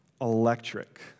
Electric